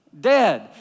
dead